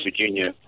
Virginia